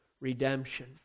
redemption